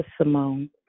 Simone